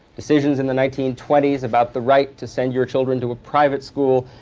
decisions in the nineteen twenty s about the right to send your children to a private school,